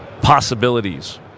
possibilities